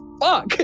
fuck